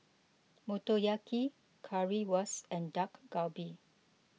Motoyaki Currywurst and Dak Galbi